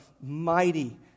mighty